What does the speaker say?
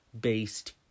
based